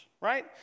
right